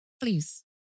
Please